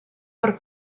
per